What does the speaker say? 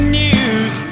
news